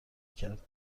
کرد